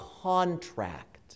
contract